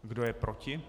Kdo je proti?